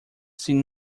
seen